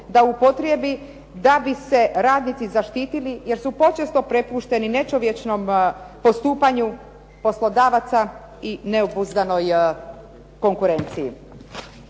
da upotrijebi da bi se radnici zaštitili jer su počesto prepušteni nečovječnom postupanju poslodavaca i neobuzdanoj konkurenciji.